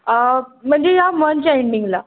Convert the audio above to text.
म्हणजे या मनच्या एंडिंगला